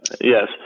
Yes